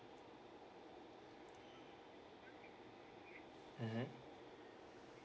mmhmm